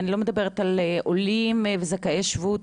אני לא מדברת על עולים וזכאי שבות,